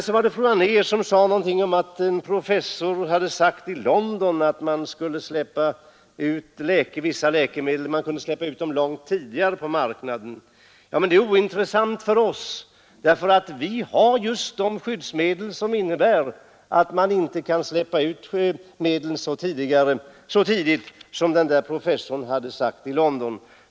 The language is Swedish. Sedan anförde fru Anér att en professor i London hade sagt att man kunde släppa ut vissa läkemedel på marknaden långt tidigare än som nu sker. Ja, men det är ointressant för oss, eftersom vi har skyddsbestämmelser som skall hindra att medel släpps ut så tidigt som professorn i London påstått att man kunde göra.